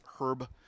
Herb